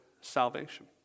salvation